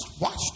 watch